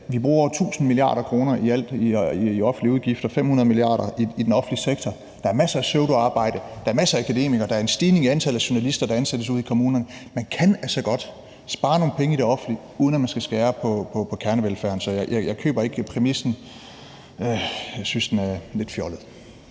Vi bruger 1.000 mia. kr. i alt i offentlige udgifter, 500 mia. kr. i den offentlige sektor. Der er masser af pseudoarbejde, der er masser af akademikere, der er en stigning i antallet af journalister, der ansættes ude i kommunerne. Man kan altså godt spare nogle penge i det offentlige, uden at man skal skære på kernevelfærden. Så jeg køber ikke præmissen. Jeg synes, den er lidt fjollet.